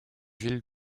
villes